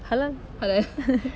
halal